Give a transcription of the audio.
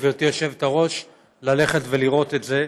גברתי היושבת-ראש, ללכת ולראות את זה.